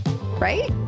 Right